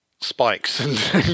spikes